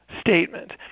statement